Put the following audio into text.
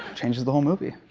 changes the whole movie.